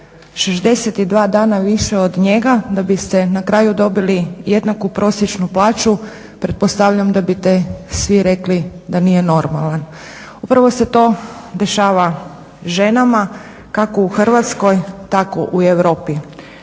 62 dana više od njega da biste na kraju dobili jednaku prosječnu plaću pretpostavljam da biste svi rekli da nije normalan. Upravo se to dešava ženama, kako u Hrvatskoj, tako u Europi.